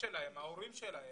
ההורים שלהם,